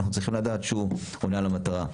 אנחנו צריכים לדעת שהוא עונה על המטרה.